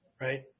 right